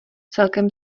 celkem